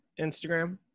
instagram